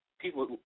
people